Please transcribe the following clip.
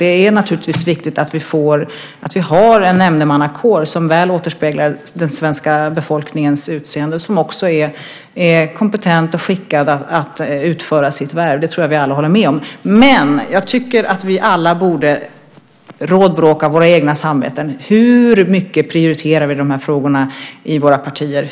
Det är naturligtvis viktigt att vi har en nämndemannakår som väl återspelar den svenska befolkningen och som är kompetent och skickad att utföra sitt värv. Det tror jag att vi alla håller med om. Men jag tycker att vi alla borde rådbråka våra egna samveten. Hur mycket prioriterar vi de här frågorna i våra partier?